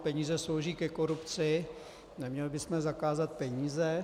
Peníze slouží ke korupci, neměli bychom zakázat peníze?